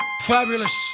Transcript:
Fabulous